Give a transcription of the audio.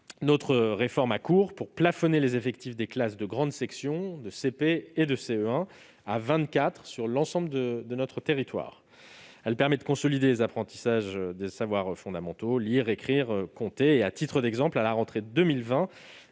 Notre réforme est en cours pour plafonner les effectifs des classes de grande section, de CP et de CE1 à 24 élèves sur l'ensemble du territoire ; elle permet de consolider les apprentissages des savoirs fondamentaux que sont lire, écrire et compter. À titre d'exemple, à la rentrée 2020,